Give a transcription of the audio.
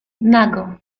nago